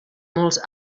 molts